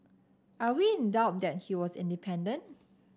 are we in doubt that he was independent